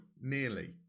nearly